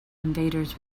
invaders